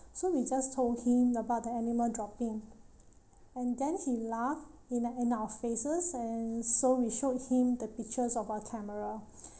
so we just told him about the animal dropping and then he laughed in uh in our faces and so we showed him the pictures on our camera